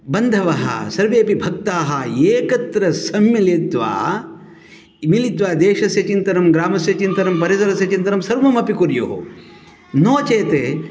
बान्धवाः सर्वेपि भक्ताः येकत्र सम्मिलित्वा मिलित्वा देशस्य चिन्तनं ग्रामस्य चिन्तनं परिसरस्य चिन्तनं सर्वम् अपि कुर्युः नोचेत्